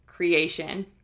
creation